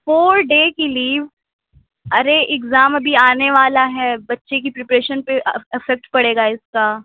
four day کی leave ارے exam ابھی آنے والا ہے بچے کی پریپریشن پہ افیکٹ پڑے گا اِس کا